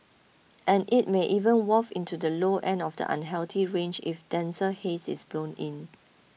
and it may even waft into the low end of the unhealthy range if denser haze is blown in